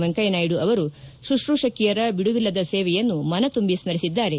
ವೆಂಕಯ್ಲನಾಯ್ನು ಅವರು ಶುಶ್ರೂಪಕಿಯರ ಬಿಡುವಿಲ್ಲದ ಸೇವೆಯನ್ನು ಮನತುಂಬಿ ಸ್ಕರಿಸಿದ್ದಾರೆ